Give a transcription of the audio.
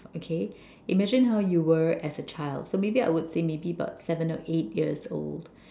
okay imagine how you were as a child so maybe I would say maybe about seven or eight years old